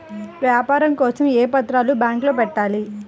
వ్యాపారం కోసం ఏ పత్రాలు బ్యాంక్లో పెట్టాలి?